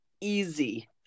easy